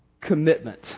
commitment